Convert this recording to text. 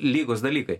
lygos dalykai